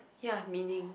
yeah meaning